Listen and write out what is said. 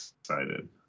excited